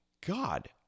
God